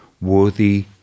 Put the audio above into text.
worthy